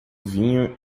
vinho